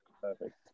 Perfect